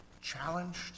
challenged